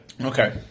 Okay